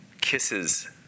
kisses